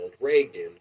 reagan